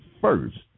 first